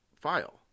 file